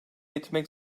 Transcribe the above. etmek